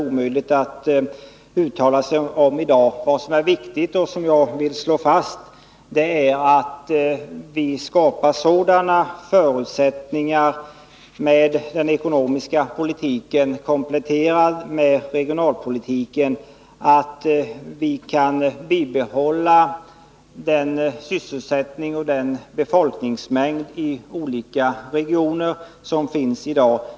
Vad som är viktigt — det vill jag slå fast — är att vi skapar sådana förutsättningar med den ekonomiska politiken, kompletterad med regionalpolitiken, att vi kan bibehålla den sysselsättning och den befolkningsmängd i olika regioner som vi har i dag.